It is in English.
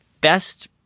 best